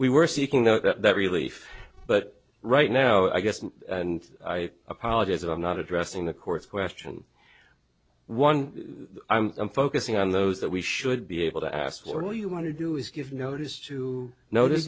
we were seeking though that relief but right now i guess and i apologize i'm not addressing the court's question one i'm focusing on those that we should be able to ask or do you want to do is give notice to notice